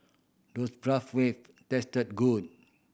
does Bratwurst taste good